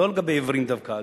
לא לגבי עיוורים דווקא,